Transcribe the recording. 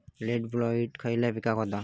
Late blight खयले पिकांका होता?